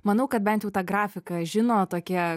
manau kad bent jau tą grafiką žino tokie